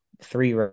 three